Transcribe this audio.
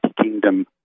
Kingdom